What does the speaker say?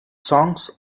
songs